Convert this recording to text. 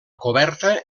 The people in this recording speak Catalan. coberta